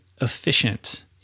efficient